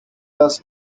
was